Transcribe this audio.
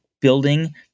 building